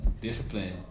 discipline